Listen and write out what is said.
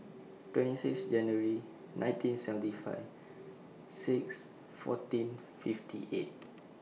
twenty six January nineteen seventy five six fourteen fifty eight